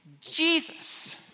Jesus